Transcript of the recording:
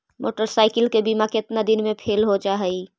Motorcycle के बिमा केतना दिन मे फेल हो जा है?